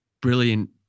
brilliant